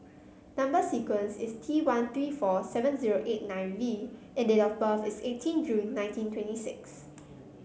number sequence is T one three four seven zero eight nine V and date of birth is eighteen June nineteen twenty six